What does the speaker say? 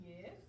Yes